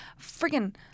friggin